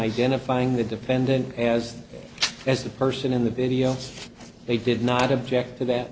identifying the defendant as as the person in the video they did not object to th